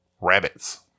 rabbits